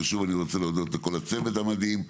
אני שוב רוצה להודות לצוות המדהים.